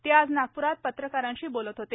ते आज नागप्रात पत्रकारांशी बोलत होते